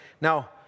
now